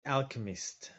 alchemist